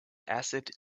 acid